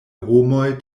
homoj